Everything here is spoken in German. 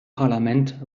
parlament